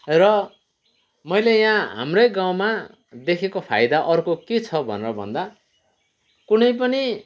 र मैले यहाँ हाम्रै गाउँमा देखेको फाइदा अर्को के छ भनेर भन्दा कुनै पनि